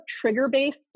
trigger-based